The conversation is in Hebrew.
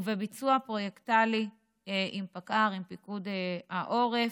ובביצוע פרויקטלי עם פקע"ר, עם פיקוד העורף.